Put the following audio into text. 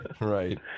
right